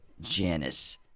Janice